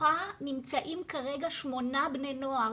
מתוכם נמצאים כרגע שמונה בני נוער.